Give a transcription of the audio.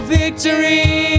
victory